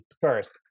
first